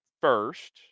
first